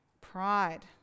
pride